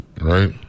right